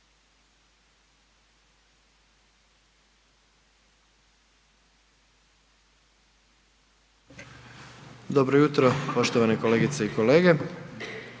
suradnicima, poštovane kolegice i kolege